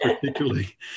particularly